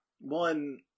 one